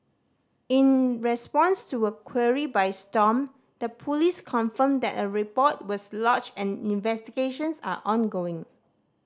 in response to a query by Stomp the police confirmed that a report was lodged and investigations are ongoing